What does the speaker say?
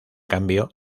cambio